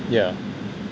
yeah